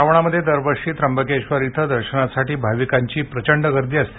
श्रावणामध्ये दरवर्षी त्रंबकेश्वर येथे दर्शनासाठी भाविकांची प्रचंड गर्दी असते